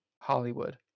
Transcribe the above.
Hollywood